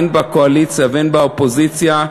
הן בקואליציה והן באופוזיציה,